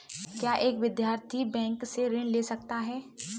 क्या एक विद्यार्थी बैंक से ऋण ले सकता है?